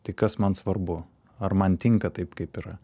tai kas man svarbu ar man tinka taip kaip yra